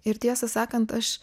ir tiesą sakant aš